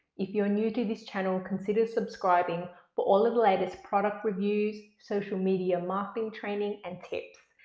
if you're new to this channel, consider subscribing for all of the latest product reviews, social media marketing training and tips.